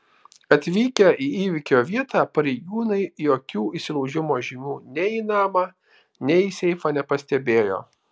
atvykę į įvykio vietą pareigūnai jokių įsilaužimo žymių nei į namą nei į seifą nepastebėjo